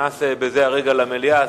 שנכנס בזה הרגע למליאה.